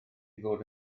fod